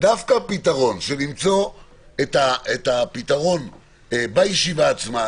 דווקא למצוא את הפתרון בישיבה עצמה,